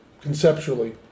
conceptually